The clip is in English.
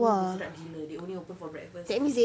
dia sedap gila they only open for breakfast